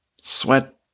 sweat